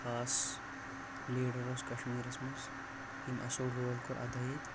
خاص لیڈر اوس کشمیٖرس منٛز ییٚمۍ اصل رول کوٚر ادا ییتہِ